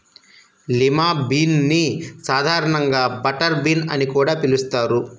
lima bean ని సాధారణంగా butter bean అని కూడా పిలుస్తారు